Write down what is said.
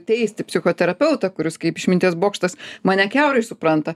teisti psichoterapeutą kuris kaip išminties bokštas mane kiaurai supranta